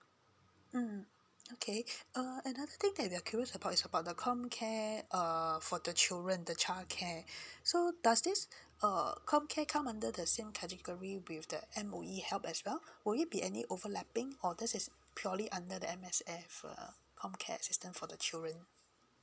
mm okay uh another thing that they're curious about is about the comcare err for the children the childcare so does this uh comcare come under the same category with the M_O_E help as well would it be any overlapping or this is purely under the M_S_F err comcare assistance for the children